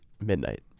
Midnight